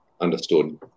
understood